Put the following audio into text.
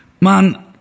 man